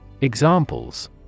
Examples